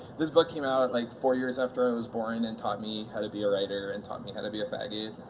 this book came out and like four years after i was born and taught me how to be a writer and taught me how to be a faggot.